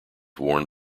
worn